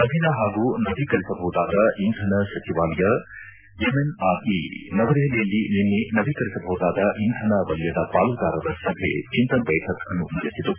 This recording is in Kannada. ನವೀನ ಹಾಗೂ ನವೀಕರಿಸಬಹುದಾದ ಇಂಧನ ಸಚಿವಾಲಯ ಎಂಎನ್ಆರ್ಇ ನವದೆಹಲಿಯಲ್ಲಿ ನಿನ್ನೆ ನವೀಕರಿಸಬಹುದಾದ ಇಂಧನ ವಲಯದ ಪಾಲುದಾರರ ಸಭೆ ಚಿಂತನ್ ಬೈರಕ್ ಅನ್ನು ನಡೆಸಿತು